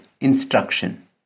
instruction